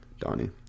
Donnie